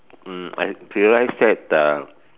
mm I realise that the